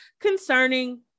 concerning